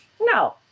No